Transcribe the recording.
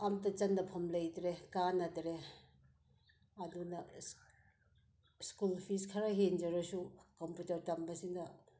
ꯑꯝꯇ ꯆꯟꯅꯐꯝ ꯂꯩꯇ꯭ꯔꯦ ꯀꯥꯟꯅꯗ꯭ꯔꯦ ꯑꯗꯨꯅ ꯁ꯭ꯀꯨꯜ ꯐꯤꯁ ꯈꯔ ꯍꯦꯟꯖꯔꯁꯨ ꯀꯝꯄꯨꯇꯔ ꯇꯝꯕꯁꯤꯅ